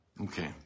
Okay